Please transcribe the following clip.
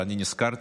ואני נזכרתי,